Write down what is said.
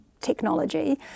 technology